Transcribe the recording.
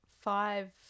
Five